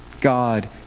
God